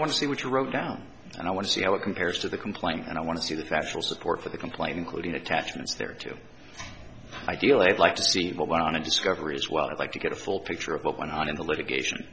want to see what you wrote down and i want to see how it compares to the complaint and i want to see the factual support for the complaint including attachments there too ideally i'd like to see more but on a discovery as well i'd like to get a full picture of what went on in the litigation